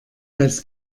als